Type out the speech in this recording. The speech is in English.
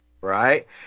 right